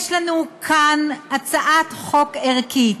יש לנו כאן הצעת חוק ערכית,